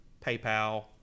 PayPal